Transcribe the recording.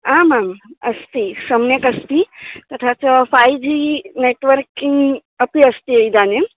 आमाम् अस्ति सम्यगस्ति तथा च फ़ै जी नेट्वर्किङ्ग् अपि अस्ति इदानीम्